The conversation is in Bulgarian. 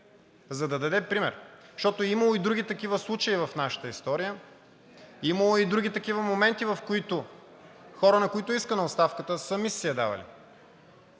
за да даде пример, защото е имало и други такива случаи в нашата история, имало е и други такива моменти, в които хора, на които е искана оставката, сами са си я давали.